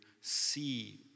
see